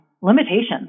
limitations